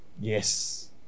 Yes